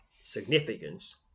significance